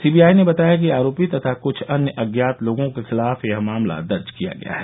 CBI ने बताया कि आरोपी तथा क्छ अन्य अज्ञात लोगों के खिलाफ यह मामला दर्ज किया गया है